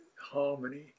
harmony